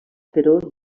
però